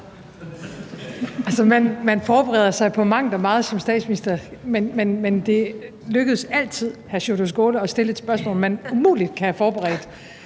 man forbereder sig på mangt og meget som statsminister, men det lykkes altid hr. Sjúrður Skaale at stille et spørgsmål, man umuligt kan have forberedt